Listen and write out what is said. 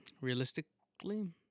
Realistically